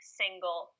single